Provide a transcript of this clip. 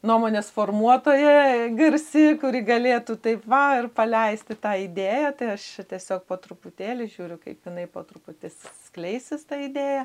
nuomonės formuotoja garsi kuri galėtų taip vau ir paleisti tą idėją tai aš tiesiog po truputėlį žiūriu kaip jinai po truputį skleisis ta idėja